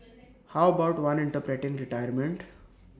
how about one interpreting retirement